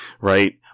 right